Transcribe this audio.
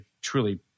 truly